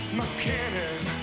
mechanic